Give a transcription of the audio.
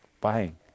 buying